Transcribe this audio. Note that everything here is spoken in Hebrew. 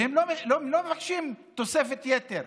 והם לא מבקשים תוספת יתר,